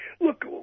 Look